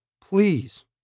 please